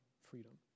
freedom